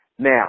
Now